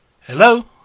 Hello